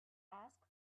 ask